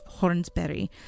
Hornsberry